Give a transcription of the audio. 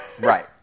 Right